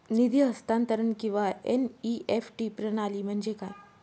निधी हस्तांतरण किंवा एन.ई.एफ.टी प्रणाली म्हणजे काय?